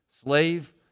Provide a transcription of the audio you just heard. Slave